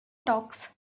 talks